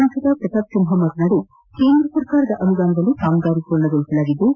ಸಂಸದ ಪ್ರತಾಪ್ ಸಿಂಹ ಮಾತನಾಡಿ ಕೇಂದ್ರಸರ್ಕಾರದ ಅನುದಾನದಲ್ಲಿ ಕಾಮಗಾರಿ ಪೂರ್ಣಗೊಳಿಸಲಾಗಿದ್ದು